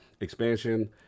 expansion